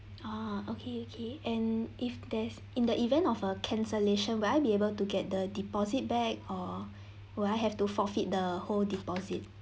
ah okay okay and if there's in the event of a cancellation will I be able to get the deposit back or will I have to forfeit the whole deposit